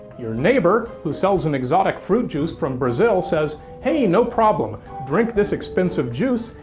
your neighbor, who sells an exotic fruit juice from brazil says hey no problem, drink this expensive juice,